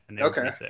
Okay